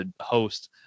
host